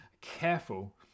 careful